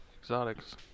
Exotics